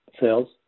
sales